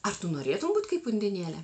ar tu norėtum būt kaip undinėlė